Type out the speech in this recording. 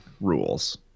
rules